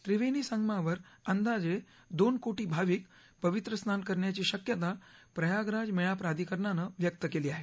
त्रिवेणी संगमावर अंदाजे दोन कोटी भाविक पवित्र स्नान करण्याची शक्यता प्रयागराज मेळा प्राधिकरणानं व्यक्त केली आहे